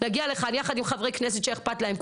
יגיע לכאן יחד עם חברי כנסת שאכפת להם,